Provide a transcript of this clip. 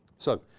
so,